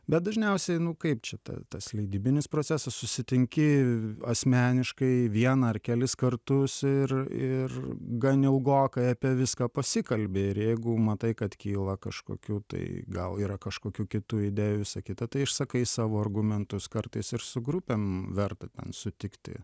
bet dažniausiai nu kaip čia ta tas leidybinis procesas susitinki asmeniškai vieną ar kelis kartus ir ir gan ilgokai apie viską pasikalbi ir jeigu matai kad kyla kažkokių tai gal yra kažkokių kitų idėjų visa kita tai išsakai savo argumentus kartais ir su grupėm verta ten sutikti